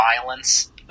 violence